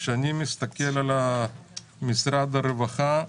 כשאני מסתכל על משרד הרווחה,